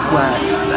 works